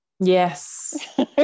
yes